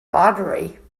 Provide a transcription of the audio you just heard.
lottery